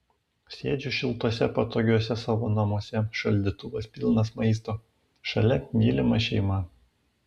sėdžiu šiltuose patogiuose savo namuose šaldytuvas pilnas maisto šalia mylima šeima